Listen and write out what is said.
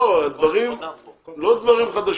לא דברים חדשים.